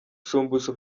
shumbusho